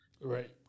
Right